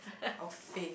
I'll faint